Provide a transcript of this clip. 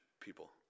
people